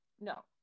no